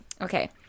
Okay